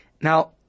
Now